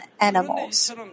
animals